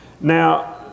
Now